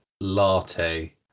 latte